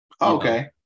Okay